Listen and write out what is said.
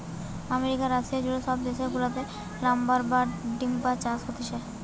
America, Russia জুড়ে সব দেশ গুলাতে লাম্বার বা টিম্বার চাষ হতিছে